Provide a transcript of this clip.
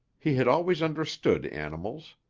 he had always understood animals.